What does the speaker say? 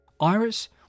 Iris